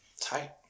Tight